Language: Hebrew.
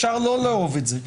אפשר לא לאהוב את זה,